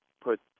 put